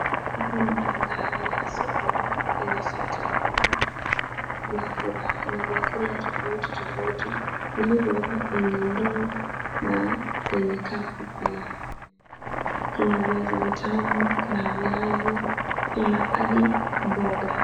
Hapa ni mandhari ya sokoni penye sekta ya kuuza vyakula tofauti tofauti vilivyowekwa kwenye ndoo na kwenye kapu pia. Kuna viazi vitamu, kuna viazi, kuna hadi mboga.